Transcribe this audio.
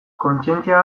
kontzientzia